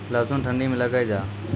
लहसुन ठंडी मे लगे जा?